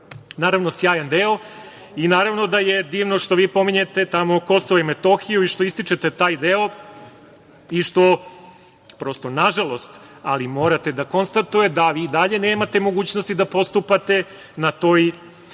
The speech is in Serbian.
naravno, sjajan deo i naravno da je divno što vi pominjete tamo KiM i što ističete taj deo i što, prosto, nažalost, ali morate da konstatuje da vi i dalje nemate mogućnosti da postupate na tom delu